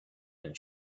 and